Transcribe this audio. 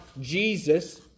Jesus